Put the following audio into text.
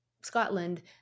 scotland